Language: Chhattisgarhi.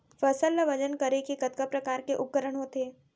फसल ला वजन करे के कतका प्रकार के उपकरण होथे?